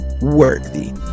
worthy